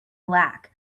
black